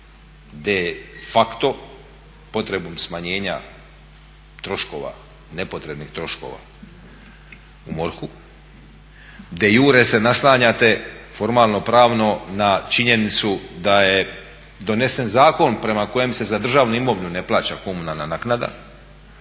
de facto potrebom smanjenja troškova, nepotrebnih troškova u MORH-u, de iure se naslanjate formalnopravno na činjenicu da je donesen zakon prema kojem se za državnu imovinu ne plaća komunalna naknada